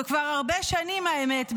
כבר הרבה שנים למען האמת,